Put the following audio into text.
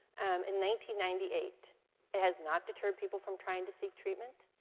um and ninety ninety eight. it has not deterred people from trying to seek treatment.